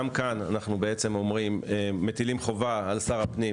גם כאן אנחנו מטילים חובה על שר הפנים